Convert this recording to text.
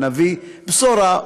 ונביא בשורה,